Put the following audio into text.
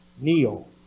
Kneel